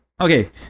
Okay